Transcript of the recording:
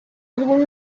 algún